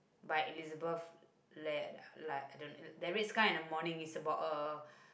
by Elizabeth-L~ Li~ I don't the red sky in the morning is about a